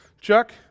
Chuck